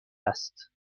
است